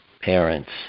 parents